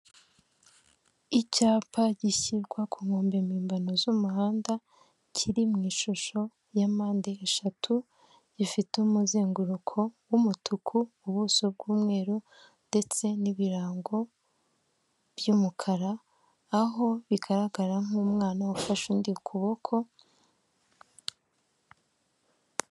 Ahantu ku muhanda hashinze imitaka ibiri umwe w'umuhondo n'undi w'umutuku gusa uw'umuhonda uragaragaramo ibirango bya emutiyeni ndetse n'umuntu wicaye munsi yawo wambaye ijiri ya emutiyeni ndetse n'ishati ari guhereza umuntu serivise usa n'uwamugannye uri kumwaka serivise arimo aramuha telefone ngendanwa. Hakurya yaho haragaragara abandi bantu barimo baraganira mbese bari munsi y'umutaka w'umutuku.